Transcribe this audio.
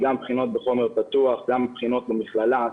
גם בחינות בחומר פתוח, גם בחינות במכללה.